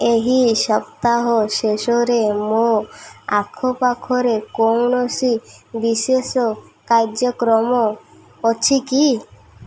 ଏହି ସପ୍ତାହ ଶେଷରେ ମୋ ଆଖପାଖରେ କୌଣସି ବିଶେଷ କାର୍ଯ୍ୟକ୍ରମ ଅଛି କି